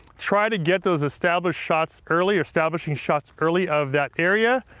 try to get those established shots early, or establishing shots early, of that area.